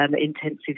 intensive